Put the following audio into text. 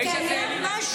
האיש הזה העליל עלילת דם.